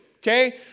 Okay